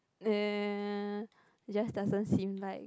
uh just doesn't seem like